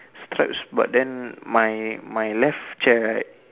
straps but then my my left chair right